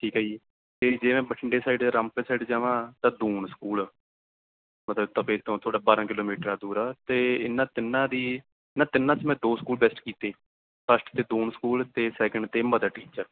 ਠੀਕ ਹੈ ਜੀ ਅਤੇ ਜੇ ਮੈਂ ਬਠਿੰਡੇ ਸਾਈਡ ਰੰਪੇ ਸਾਈਡ ਜਾਵਾਂ ਤਾਂ ਦੂਣ ਸਕੂਲ ਮਤਲਬ ਤਪੇ ਤੋਂ ਥੋੜ੍ਹਾ ਬਾਰ੍ਹਾਂ ਕਿਲੋਮੀਟਰ ਆ ਦੂਰ ਆ ਅਤੇ ਇਹਨਾਂ ਤਿੰਨਾਂ ਦੀ ਇਹਨਾਂ ਤਿੰਨਾਂ 'ਚ ਮੈਂ ਦੋ ਸਕੂਲ ਬੈਸਟ ਕੀਤੇ ਫਸਟ 'ਤੇ ਦੂਨ ਸਕੂਲਮ ਅਤੇ ਸੈਕਿੰਡ 'ਤੇ ਮਦਰ ਟੀਚਰ